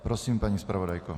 Prosím, paní zpravodajko.